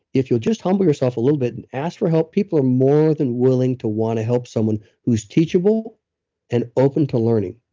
if you'll just humble yourself a little bit and ask for help, people are more willing to want to help someone who's teachable and open to learning.